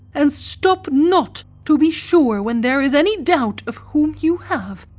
and stopp not to be sure when there is any doubte of whom you have.